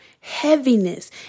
heaviness